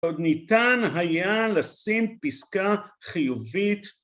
עוד ניתן היה לשים פסקה חיובית